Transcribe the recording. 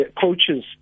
coaches